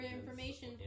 information